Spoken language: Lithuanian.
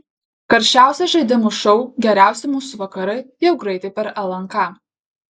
karščiausias žaidimų šou geriausi mūsų vakarai jau greitai per lnk